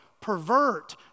pervert